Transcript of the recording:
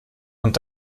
und